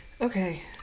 Okay